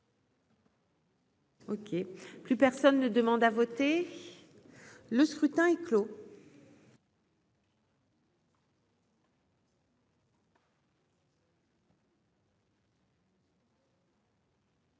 OK, plus personne ne demande à voter, le scrutin est clos.